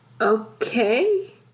okay